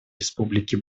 республики